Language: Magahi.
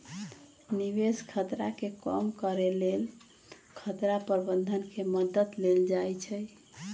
निवेश खतरा के कम करेके लेल खतरा प्रबंधन के मद्दत लेल जाइ छइ